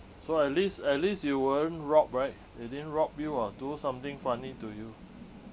so at least at least you weren't rob right they didn't rob you or do something funny to you